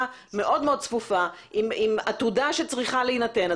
מאוד מאוד צפופה עם עתודה שצריכה להינתן,